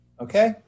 okay